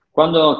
Quando